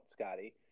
Scotty